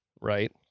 right